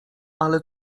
ale